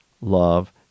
love